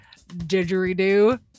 Didgeridoo